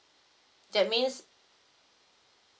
that means